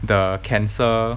the cancer